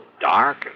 dark